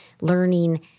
learning